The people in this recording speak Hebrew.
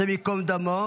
השם ייקום דמו,